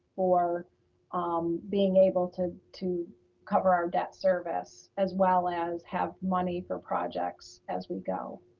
for um being able to, to cover our debt service, as well as have money for projects as we go.